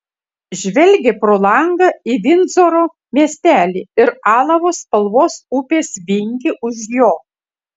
žvelgė pro langą į vindzoro miestelį ir alavo spalvos upės vingį už jo